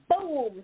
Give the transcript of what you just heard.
boom